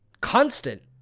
Constant